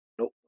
Nope